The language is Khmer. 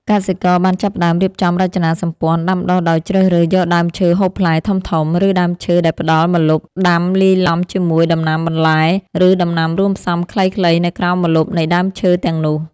កសិករបានចាប់ផ្ដើមរៀបចំរចនាសម្ព័ន្ធដាំដុះដោយជ្រើសរើសយកដើមឈើហូបផ្លែធំៗ ឬដើមឈើដែលផ្ដល់ម្លប់ដាំលាយឡំជាមួយដំណាំបន្លែ ឬដំណាំរួមផ្សំខ្លីៗនៅក្រោមម្លប់នៃដើមឈើទាំងនោះ។